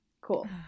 Cool